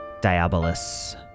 Diabolus